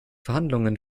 verhandlungen